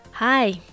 Hi